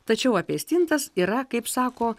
tačiau apie stintas yra kaip sako